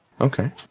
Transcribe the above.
Okay